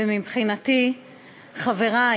ומבחינתי חברי